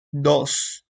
dos